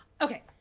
Okay